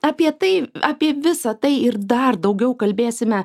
apie tai apie visa tai ir dar daugiau kalbėsime